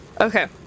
Okay